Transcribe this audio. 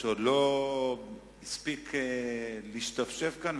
שעוד לא הספיק להשתפשף כאן,